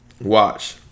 watch